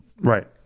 right